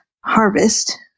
harvest